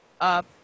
up